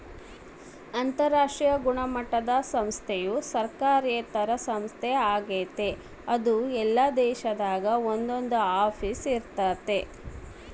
ಅಂತರಾಷ್ಟ್ರೀಯ ಗುಣಮಟ್ಟುದ ಸಂಸ್ಥೆಯು ಸರ್ಕಾರೇತರ ಸಂಸ್ಥೆ ಆಗೆತೆ ಅದು ಎಲ್ಲಾ ದೇಶದಾಗ ಒಂದೊಂದು ಆಫೀಸ್ ಇರ್ತತೆ